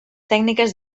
tècniques